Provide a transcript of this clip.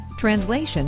translation